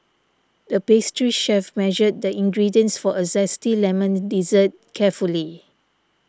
the pastry chef measured the ingredients for a Zesty Lemon Dessert carefully